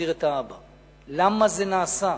למה זה נעשה?